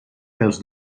pels